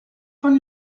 von